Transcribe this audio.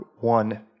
one